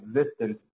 existence